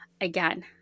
Again